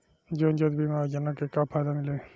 जीवन ज्योति बीमा योजना के का फायदा मिली?